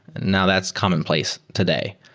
now that's commonplace today.